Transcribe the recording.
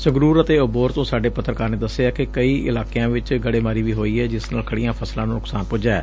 ਸੰਗਰੂਰ ਅਤੇ ਅਬੋਹਰ ਤੋਂ ਸਾਡੇ ਪੱਤਰਕਾਰ ਨੇ ਦਸਿਐ ਕਿ ਕਈ ਇਲਾਕਿਆਂ ਚ ਗੜੇਮਾਰੀ ਵੀ ਹੋਈ ਏ ਜਿਸ ਨਾਲ ਖੜੀਆਂ ਫਸਲਾਂ ਨੂੰ ਨੁਕਸਾਨ ਪੁੱਜੈ